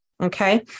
okay